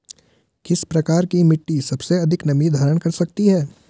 किस प्रकार की मिट्टी सबसे अधिक नमी धारण कर सकती है?